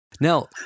Now